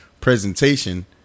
presentation